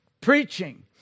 preaching